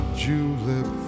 julep